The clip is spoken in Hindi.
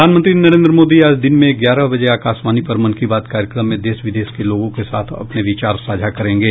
प्रधानमंत्री नरेन्द्र मोदी आज दिन में ग्यारह बजे आकाशवाणी पर मन की बात कार्यक्रम में देश विदेश के लोगों के साथ अपने विचार साझा करेंगे